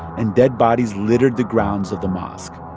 and dead bodies littered the grounds of the mosque.